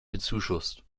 bezuschusst